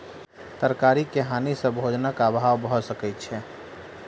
तरकारी के हानि सॅ भोजनक अभाव भअ सकै छै